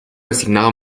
resignado